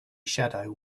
shadow